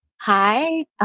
Hi